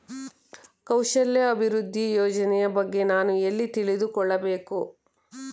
ಕೌಶಲ್ಯ ಅಭಿವೃದ್ಧಿ ಯೋಜನೆಯ ಬಗ್ಗೆ ನಾನು ಎಲ್ಲಿ ತಿಳಿದುಕೊಳ್ಳಬೇಕು?